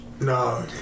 No